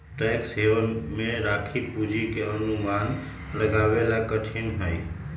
tax haven में राखी पूंजी के अनुमान लगावे ला कठिन हई